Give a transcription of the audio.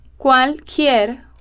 Cualquier